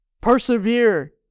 Persevere